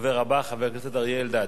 הדובר הבא, חבר הכנסת אריה אלדד,